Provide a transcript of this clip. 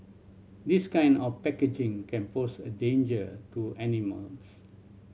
this kind of packaging can pose a danger to animals